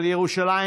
אבל ירושלים,